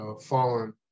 fallen